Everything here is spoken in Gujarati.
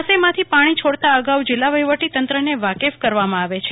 જળાશયમાંથી પાણી છોડતા અગાઉ જિલ્લા વફીવટી તંત્રને વાકેફ કરવામાં આવે છે